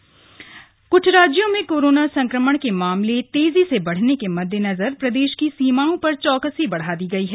corona checking क्छ राज्यों में कोरोना संक्रमण के मामले तेजी से बढ़ने के मद्देनजर प्रदेश की सीमाओं पर चौकसी बढ़ा दी गई है